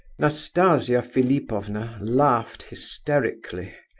nastasia philipovna laughed hysterically.